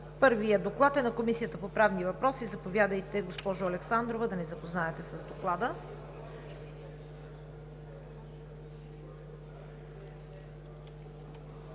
Първият доклад е на Комисията по правни въпроси. Заповядайте, госпожо Александрова, за да ни запознаете с Доклада.